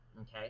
okay